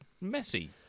Messy